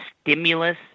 stimulus